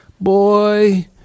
boy